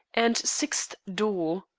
and sixth door.